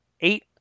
eight